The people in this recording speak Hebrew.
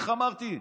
איך אמרתי?